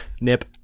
Nip